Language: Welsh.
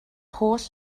holl